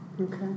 Okay